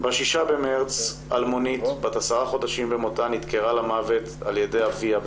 ב-6 במרץ אלמונית בת עשרה חודשים במותה נדקרה למוות על ידי אביה,